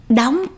đóng